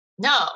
No